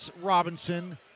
Robinson